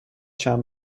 چند